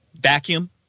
vacuum